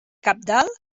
cabdal